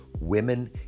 women